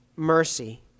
mercy